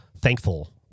thankful